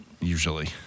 Usually